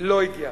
לא הגיע.